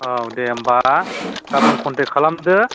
औ दे होनबा गाबोन कन्टेक्ट खालामदो